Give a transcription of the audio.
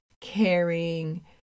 caring